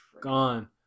Gone